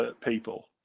people